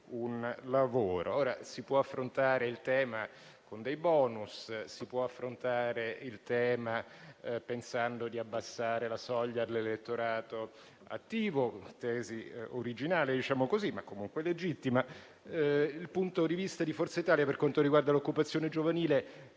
un lavoro. Ora, si può affrontare il tema con dei *bonus*, si può affrontare il tema pensando di abbassare la soglia dell'elettorato attivo (tesi originale, diciamo così, ma comunque legittima); il punto di vista di Forza Italia per quanto riguarda l'occupazione giovanile